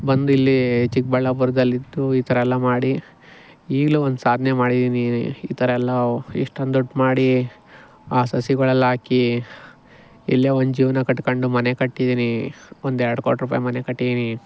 ಬಂದು ಇಲ್ಲಿ ಚಿಕ್ಕಬಳ್ಳಾಪುರದಲ್ಲಿದ್ದು ಈ ಥರಯೆಲ್ಲ ಮಾಡಿ ಈಗಲೂ ಒಂದು ಸಾಧ್ನೆ ಮಾಡಿದೀನಿ ಈ ಥರಯೆಲ್ಲ ಇಷ್ಟೊಂದು ದುಡ್ಡು ಮಾಡಿ ಆ ಸಸಿಗಳೆಲ್ಲ ಹಾಕಿ ಇಲ್ಲೇ ಒಂದು ಜೀವನ ಕಟ್ಕೊಂಡು ಮನೆ ಕಟ್ಟಿದೀನಿ ಒಂದೆರಡು ಕೋಟಿ ರೂಪಾಯಿ ಮನೆ ಕಟ್ಟಿದೀನಿ